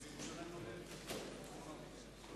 כשאני שואל שאלות אני יודע את התשובות,